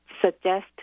suggest